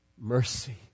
mercy